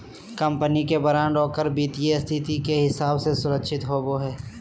company के bond ओकर वित्तीय स्थिति के हिसाब से सुरक्षित होवो हइ